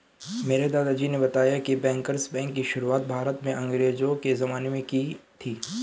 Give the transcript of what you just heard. मेरे दादाजी ने बताया की बैंकर्स बैंक की शुरुआत भारत में अंग्रेज़ो के ज़माने में की थी